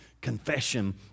confession